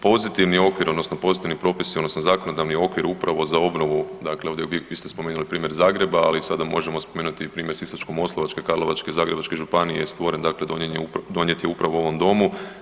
Pozitivni okvir odnosno pozitivni propisi odnosno zakonodavni okvir upravo za obnovu dakle ovdje uvijek vi ste spomenuli primjer Zagreba, ali sada možemo spomenuti i primjer Sisačko-moslavačke, Karlovačke i Zagrebačke županije je stvoren dakle donijet je upravo u ovom domu.